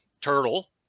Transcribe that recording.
turtle